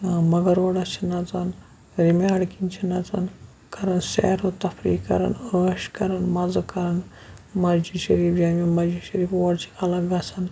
مۄغل روڈَس چھِ نَژان ہیٚرمہِ اڈٕ کِنۍ چھِ نژان کَران سیر و تفریح کَران عٲش کران مَزٕ کَران مسجِد شریٖف جامع مسجِد شریٖف اور چھِ خلق گژھان